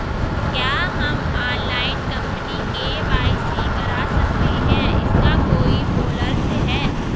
क्या हम ऑनलाइन अपनी के.वाई.सी करा सकते हैं इसका कोई पोर्टल है?